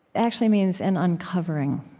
actually means an uncovering.